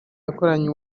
yakoranywe